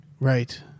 Right